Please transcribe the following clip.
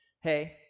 hey